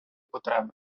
потреби